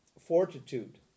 fortitude